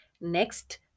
Next